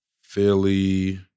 Philly